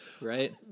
right